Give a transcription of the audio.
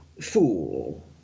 fool